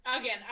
again